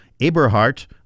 Aberhart